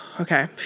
Okay